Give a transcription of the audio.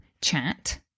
chat